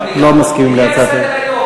לא מסכימים להצעתך.